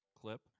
clip